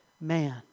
man